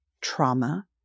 trauma